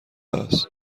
است